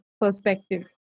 perspective